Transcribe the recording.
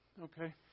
Okay